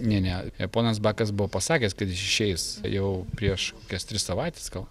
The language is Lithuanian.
ne ne ponas bakas buvo pasakęs kad jiš išeis jau prieš kokias tris savaites gal